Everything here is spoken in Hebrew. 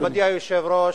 מכובדי היושב-ראש,